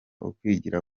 ukwigira